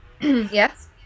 Yes